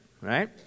right